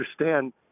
understand